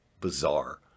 bizarre